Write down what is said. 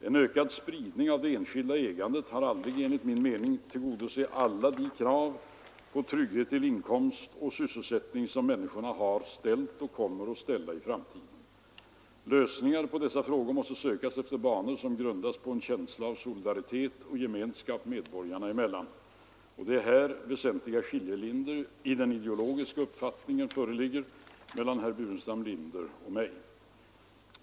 En ökad spridning av det enskilda ägandet kan aldrig enligt min mening tillgodose alla de krav på trygghet till inkomst och sysselsättning som människorna har ställt och kommer att ställa i framtiden. Lösningar på dessa frågor måste sökas efter banor som grundas på en känsla av solidaritet och gemenskap medborgarna emellan. Det är här väsentliga skiljelinjer i den ideologiska uppfattningen mellan herr Burenstam Linder och mig går.